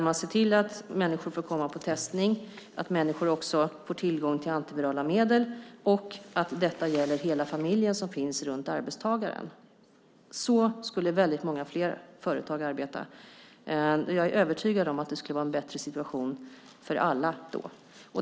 Man ser till att människor får komma på testning och att människor också får tillgång till antivirala medel, och detta gäller hela familjen som finns runt arbetstagaren. Så skulle väldigt många fler företag arbeta. Jag är övertygad om att situationen skulle bli bättre för alla då.